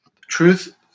Truth